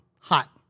Hot